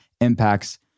impacts